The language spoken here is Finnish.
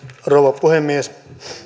rouva puhemies